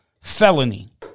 felony